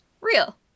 real